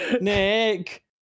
Nick